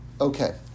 Okay